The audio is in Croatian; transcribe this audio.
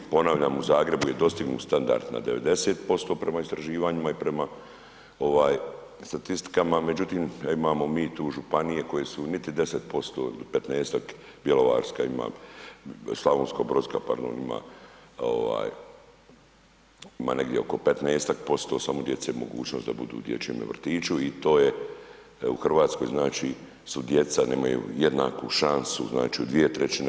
Ponavljam u Zagrebu je dostignut standard na 90% prema istraživanjima i prema statistikama, međutim, imamo i mi tu županije, koje su niti 10%, 15-tak, Bjelovarska ima, Slavonsko brodska, pardon, ima negdje oko 15-tak% … djece mogućnost da budu u dječjem vrtiću i to je, u Hrvatskoj, znači su djeca nemaju jednaku šansu, znači u 2/